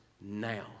now